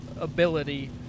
ability